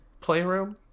playroom